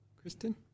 Kristen